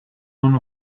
one